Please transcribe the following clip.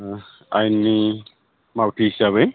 आयेननि मावथि हिसाबै